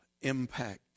impact